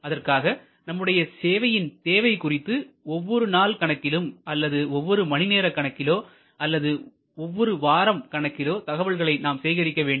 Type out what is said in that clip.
அதற்காக நம்முடைய சேவையின் தேவை குறித்து ஒவ்வொரு நாள் கணக்கிலும் அல்லது ஒவ்வொரு மணி நேர கணக்கிலோ அல்லது ஒவ்வொரு வாரம் கணக்கிலோ தகவல்களை நாம் சேகரிக்க வேண்டும்